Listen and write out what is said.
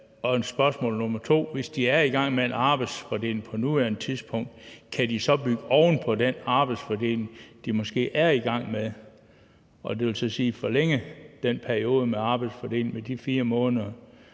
Og spørgsmål nummer 2 er: Hvis de er i gang med en arbejdsfordeling på nuværende tidspunkt, kan de så bygge oven på den arbejdsfordeling, de måske er i gang med, dvs. forlænge den periode med arbejdsfordeling med de 4 måneder,